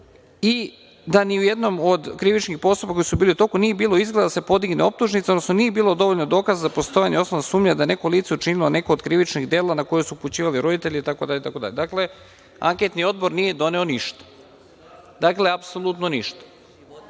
i da ni u jednom od krivičnih postupaka, koji su bili u toku, nije bilo izgleda da se podigne optužnica, odnosno nije bilo dovoljno dokaza za postojanje osnovne sumnje da je neko lice učinilo neko od krivičnih dela na koja su upućivali roditelji itd. Dakle, Anketni odbor nije doneo ništa, apsolutno ništa,